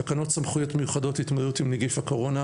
תקנות סמכויות מיוחדות להתמודדות עם נגיף הקורונה